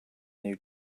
new